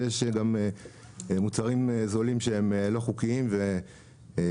ויש גם מוצרים זולים שהם לא חוקיים ואני